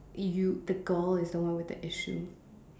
you the girl is the one with the issue